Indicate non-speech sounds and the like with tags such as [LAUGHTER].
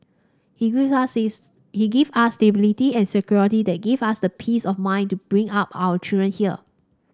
he gave [UNINTELLIGIBLE] he gave us stability and security that gives us the peace of mind to bring up our children here